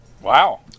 Wow